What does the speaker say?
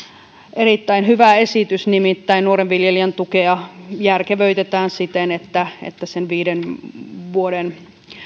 erittäin hyvä esitys nimittäin nuoren viljelijän tukea järkevöitetään siten että että sen viiden vuoden